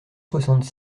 soixante